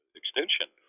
extension